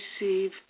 receive